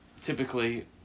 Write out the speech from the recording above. typically